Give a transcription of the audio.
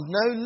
no